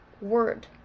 word